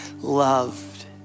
loved